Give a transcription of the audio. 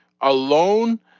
alone